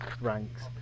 ranks